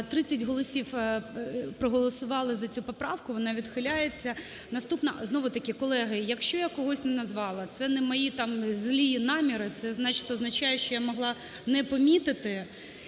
30 голосів проголосували за цю поправку, вона відхиляється. Наступна знову-таки, колеги, якщо я когось не назвала, це не мої там злі наміри, це означає, що я могла не помітити